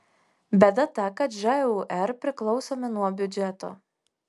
bėda ta kad žūr priklausomi nuo biudžeto